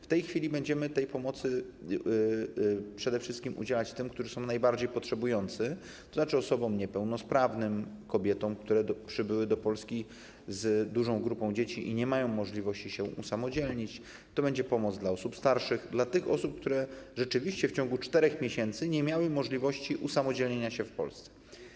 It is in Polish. W tej chwili będziemy takiej pomocy udzielać przede wszystkim tym, którzy są najbardziej potrzebujący, tzn. osobom niepełnosprawnym, kobietom, które przybyły do Polski z dużą grupą dzieci i nie mają możliwości się usamodzielnić, to będzie też pomoc dla osób starszych, czyli dla tych osób, które rzeczywiście w ciągu 4 miesięcy nie miały możliwości usamodzielnienia się w Polsce.